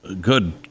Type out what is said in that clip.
Good